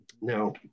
Now